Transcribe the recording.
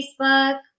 Facebook